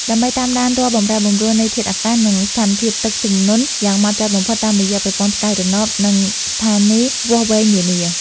ដើម្បីតាមដានរាល់បម្រែបម្រួលនៃធាតុអាកាស និងស្ថានភាពទឹកជំនន់យ៉ាងហ្មត់ចត់បំផុតតាមរយៈប្រព័ន្ធផ្កាយរណប និងស្ថានីយវាស់វែងនានា។